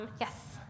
Yes